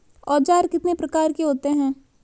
औज़ार कितने प्रकार के होते हैं?